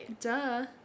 Duh